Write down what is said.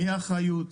מי האחריות,